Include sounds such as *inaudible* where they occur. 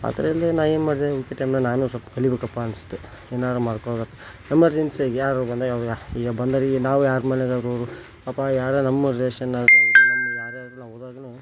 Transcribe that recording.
ಅದರಲ್ಲಿ ನಾ ಏನು ಮಾಡಿದೆ *unintelligible* ನಾನು ಸ್ವಲ್ಪ ಕಲಿಯಬೇಕಪ್ಪ ಅನಿಸ್ತು ಏನಾರೂ ಮಾಡ್ಕೊಂಡು ಎಮರ್ಜೆನ್ಸಿಯಾಗಿ ಯಾರಾದ್ರು ಬಂದಾಗ ಈಗ ಬಂದವ್ರಿಗೆ ನಾವು ಯಾರ ಮನೆಗಾದರೂ ಪಾಪ ಯಾರ ನಮ್ಮ ರಿಲೇಷನ್ನಾಗಿ ಯಾರಾದ್ರೂನು ಹೋದಾಗೂನು